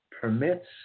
permits